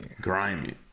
grimy